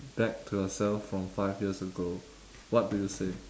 back to yourself from five years ago what do you say